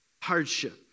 Hardship